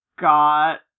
got